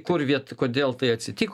kur viet kodėl tai atsitik